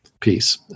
peace